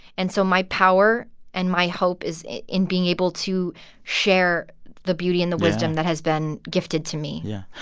and so my power and my hope is in being able to share the beauty and the wisdom. yeah. that has been gifted to me yeah.